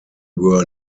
were